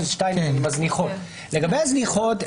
לגבי הזניחות,